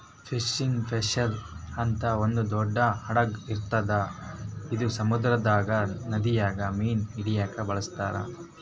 fishing vessel ಅಂತ್ ಒಂದ್ ದೊಡ್ಡ್ ಹಡಗ್ ಇರ್ತದ್ ಇದು ಸಮುದ್ರದಾಗ್ ನದಿದಾಗ್ ಮೀನ್ ಹಿಡಿಲಿಕ್ಕ್ ಬಳಸ್ತಾರ್